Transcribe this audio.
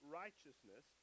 righteousness